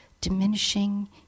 diminishing